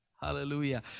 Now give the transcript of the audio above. Hallelujah